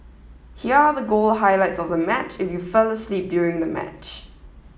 here are the goal highlights of the match if you fell asleep during the match